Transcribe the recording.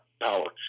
power